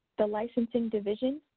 the licensing division,